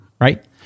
Right